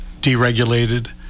deregulated